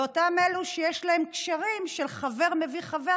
ואותם אלו שיש להם קשרים של חבר מביא חבר,